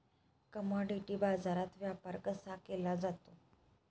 Commodity बाजारात व्यापार कसा केला जातो?